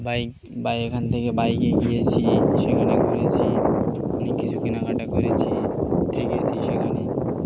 bike এখান থেকে বাইকে গিয়েছি সেখানটা করেছি অনেক কিছু কেনাকাটা করেছি থেকে গিয়েছি সেখানে